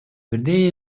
бирдей